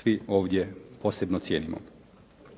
svi ovdje posebno cijenimo.